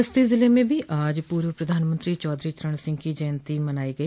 बस्ती जिले में भी आज पूर्व प्रधानमंत्री चौधरी चरण सिंह की जयन्ती मनाई गई